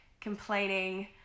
complaining